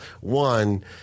One